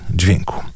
dźwięku